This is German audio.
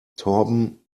torben